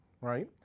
right